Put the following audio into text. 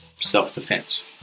self-defense